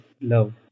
love